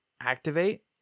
activate